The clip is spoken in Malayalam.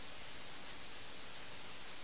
നഗരത്തിൽ ഒരു ബഹളവും വഴക്കും ഉണ്ടായില്ല